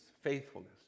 faithfulness